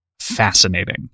fascinating